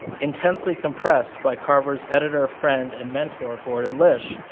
intensely compressed by carver's editor, friend, and mentor gordon lish,